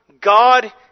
God